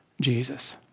Jesus